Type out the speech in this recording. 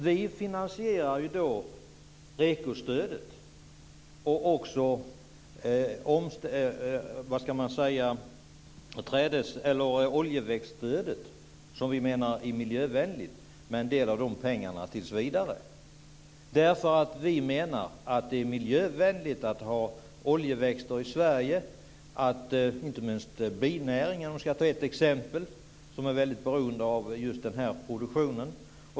Vi finansierar REKO-stödet och oljeväxtstödet, som vi menar är miljövänligt, med en del av dessa pengar tills vidare. Vi menar nämligen att det är miljövänligt att ha oljeväxter i Sverige. Inte minst binäringen, för att ta ett exempel, är väldigt beroende av just den här produktionen.